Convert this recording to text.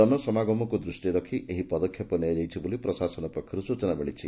ଜନସମାଗମକୁ ଦୁଷ୍ଟିରେ ରଖି ଏହି ପଦକ୍ଷେପ ନିଆଯାଇଛି ବୋଲି ପ୍ରଶାସନ ପକ୍ଷରୁ ସୂଚନା ମିଳିଛି